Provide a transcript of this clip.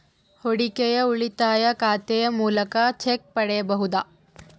ಹೂಡಿಕೆಯ ಉಳಿತಾಯ ಖಾತೆಯ ಮೂಲಕ ಚೆಕ್ ಪಡೆಯಬಹುದಾ?